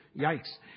Yikes